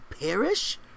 perish